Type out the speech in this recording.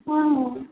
হুম